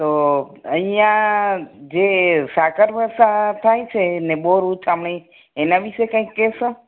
તો અહીયા જે સાકરવર્ષા થાય છે ને બોર ઉછરામણી એના વિશે કાંઈક કહેશો